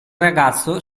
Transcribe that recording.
ragazzo